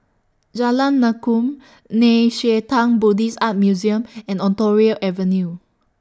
Jalan Lakum Nei Xue Tang Buddhist Art Museum and Ontario Avenue